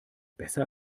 besser